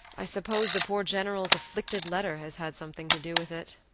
i suppose the poor general's afflicted letter has had something to do with it.